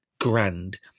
grand